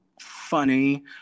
funny